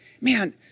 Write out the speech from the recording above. Man